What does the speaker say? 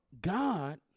God